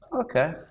Okay